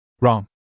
Wrong